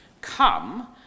Come